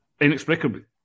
inexplicably